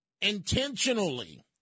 intentionally